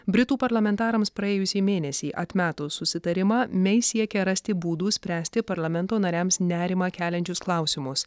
britų parlamentarams praėjusį mėnesį atmetus susitarimą mei siekia rasti būdų spręsti parlamento nariams nerimą keliančius klausimus